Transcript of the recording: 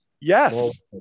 Yes